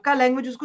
language